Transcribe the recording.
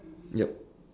yup